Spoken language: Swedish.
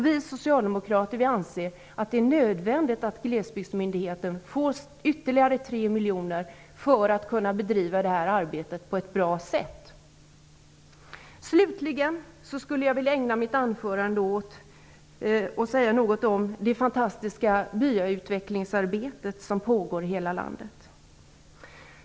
Vi socialdemokrater anser att det är nödvändigt att Glesbygdsmyndigheten får ytterligare 3 miljoner för att kunna bedriva det här arbetet på ett bra sätt. Slutligen vill jag säga något om det fantastiska byautvecklingsarbete som pågår i hela landet.